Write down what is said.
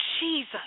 Jesus